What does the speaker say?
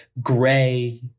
gray